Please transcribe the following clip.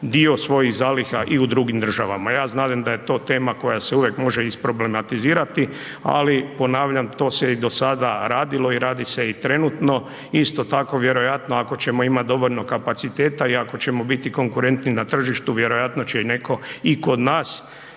dio svojih zaliha i u drugim državama, ja znadem da je to tema koja se uvijek može isproblematizirati, ali ponavljam, to se i do sada radilo i radi se i trenutno. Isto tako, vjerojatno ako ćemo imat dovoljno kapaciteta i ako ćemo biti konkurentni na tržištu, vjerojatno će netko i kod nas